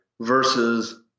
versus